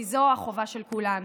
כי זו החובה של כולנו.